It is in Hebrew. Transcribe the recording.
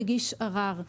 הגיש ערר.